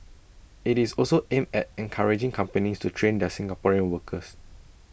IT is also aimed at encouraging companies to train their Singaporean workers